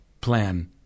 plan